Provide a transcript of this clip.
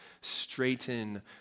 straighten